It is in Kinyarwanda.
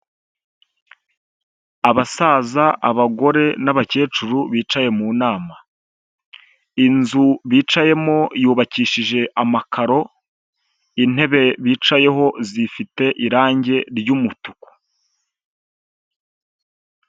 Abasaza, abagore n'abakecuru bicaye mu nama. Inzu bicayemo yubakishije amakaro, intebe bicayeho zifite irangi ry'umutuku.